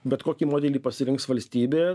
bet kokį modelį pasirinks valstybė